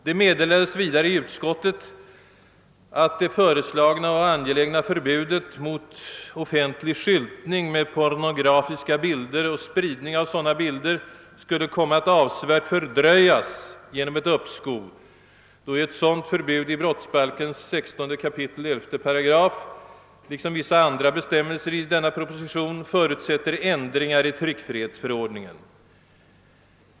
Det meddelades vidare i utskottet att det föreslagna och angelägna förbudet mot offentlig skyltning med pornografiska bilder och spridning av sådana bilder skulle komma att avsevärt fördröjas genom ett uppskov, då ett sådant förbud i brottsbalkens 16 kap. 11 8 liksom en del andra bestämmelser i denna proposition förutsätter ändringar i tryckfrihetsförordningen.